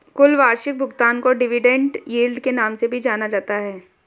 कुल वार्षिक भुगतान को डिविडेन्ड यील्ड के नाम से भी जाना जाता है